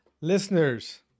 listeners